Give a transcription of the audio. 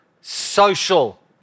social